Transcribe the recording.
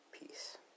Peace